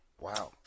Wow